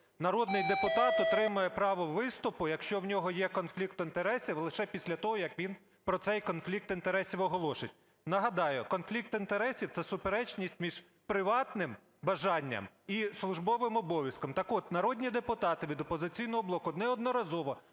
народний депутат отримає право виступу, якщо в нього є конфлікт інтересів, лише після того, як він про цей конфлікт інтересів оголосить. Нагадаю, конфлікт інтересів – це суперечність між приватним бажанням і службовим обов'язком. Так от, народні депутати від "Опозиційного блоку" неодноразово